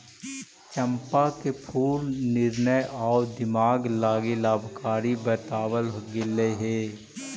चंपा के फूल निर्णय आउ दिमाग लागी लाभकारी बतलाबल गेलई हे